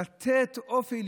לתת אופי,